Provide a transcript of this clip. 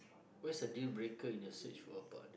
what's dealbreaker in a search for a partner